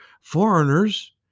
foreigners